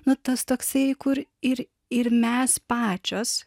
nu tas toksai kur ir ir mes pačios